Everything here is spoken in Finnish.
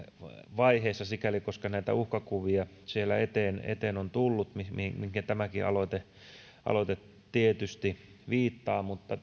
vaiheessa sikäli että näitä uhkakuvia siellä eteen eteen on tullut mihinkä mihinkä tämäkin aloite aloite tietysti viittaa mutta